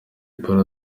polly